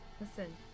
Listen